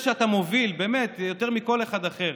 הרשית להם להוציא מהתקציב נושא שאתה מוביל יותר מכל אחד אחר